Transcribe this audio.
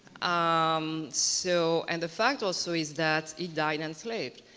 um so and the fact also is that he died enslaved.